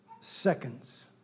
seconds